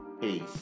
Peace